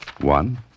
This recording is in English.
One